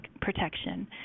protection